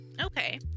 Okay